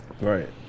Right